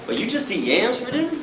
but you just eat yams for dinner!